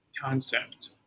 concept